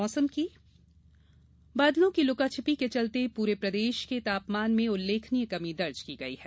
मौसम बादलों की लुकाछिपी के चलते पूरे प्रदेशभर के तापमान उल्लेखनीय कमी दर्ज की गई है